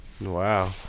Wow